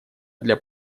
для